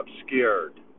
obscured